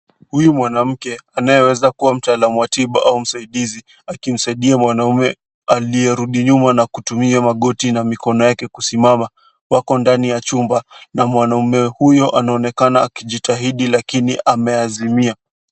Huyu mwanamke anayeweza kuwa mtaalamu wa tiba au msaidizi, akimsaidia mwanamke aliyerudi nyuma na kutumia magoti yake kusimama. Wako ndani ya chumba na mwanaume huyo anaonekana kujitahidi lakini ameazimia.